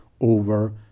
over